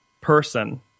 person